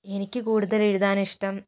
എനിക്ക് കൂടുതൽ എഴുതാൻ ഇഷ്ടം